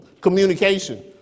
Communication